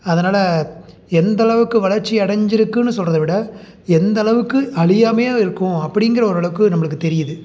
அதனால் எந்தளவுக்கு வளர்ச்சி அடைஞ்சிருக்குன்னு சொல்றதைவிட எந்தளவுக்கு அழியாமையா இருக்கும் அப்படிங்குற ஒரளவுக்கு நம்பளுக்கு தெரியுது